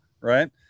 right